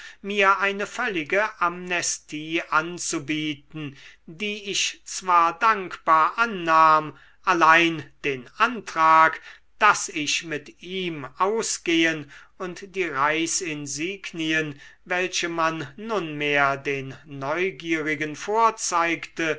mir eine völlige amnestie anzubieten die ich zwar dankbar annahm allein den antrag daß ich mit ihm ausgehen und die reichsinsignien welche man nunmehr den neugierigen vorzeigte